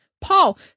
Paul